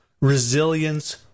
resilience